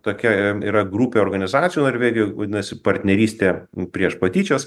tokia yra grupė organizacijų norvegijoj vadinasi partnerystė prieš patyčias